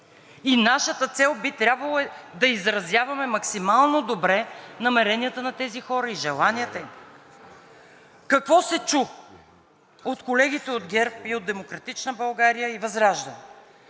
и нашата цел е, че би трябвало да изразяваме максимално добре намеренията на тези хора и желанията им. Какво се чу от колегите от ГЕРБ и от „Демократична България“, и ВЪЗРАЖДАНЕ?